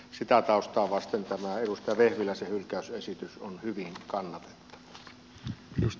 sitä taustaa vasten tämä edustaja vehviläisen hylkäysesitys on hyvin kannatettava